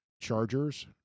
chargers